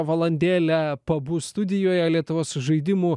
valandėlę pabus studijoje lietuvos žaidimų